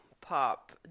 pop